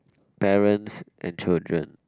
parents and children